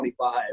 25